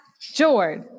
George